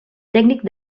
tècnic